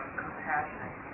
compassion